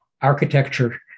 architecture